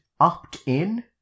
opt-in